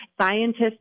Scientists